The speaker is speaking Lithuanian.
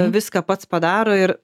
viską patas padaro ir